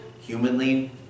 Humanly